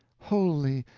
wholly,